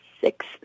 six